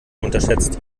unterschätzt